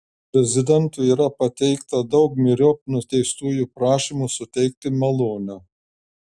prezidentui yra pateikta daug myriop nuteistųjų prašymų suteikti malonę